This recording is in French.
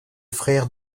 frère